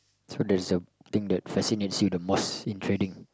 so there's the thing that fascinates you the most in trading